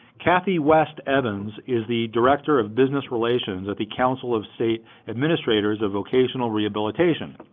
kathy west-evans is the director of business relations at the council of state administrators of vocational rehabilitation.